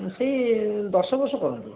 ସେଇ ଦଶ ବର୍ଷ କରନ୍ତୁ